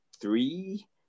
three